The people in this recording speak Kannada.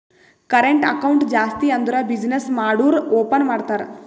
ಕರೆಂಟ್ ಅಕೌಂಟ್ ಜಾಸ್ತಿ ಅಂದುರ್ ಬಿಸಿನ್ನೆಸ್ ಮಾಡೂರು ಓಪನ್ ಮಾಡ್ತಾರ